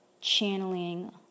channeling